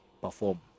perform